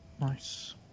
Nice